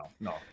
no